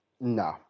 No